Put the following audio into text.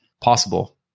possible